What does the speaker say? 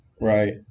right